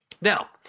Now